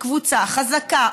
כקבוצה חזקה,